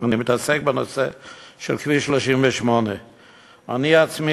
אני מתעסק בנושא של כביש 38. אני עצמי